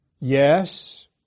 Yes